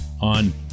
on